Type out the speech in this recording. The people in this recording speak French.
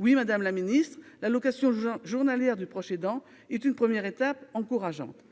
Oui, madame la ministre, l'allocation journalière de proche aidant est une première étape encourageante.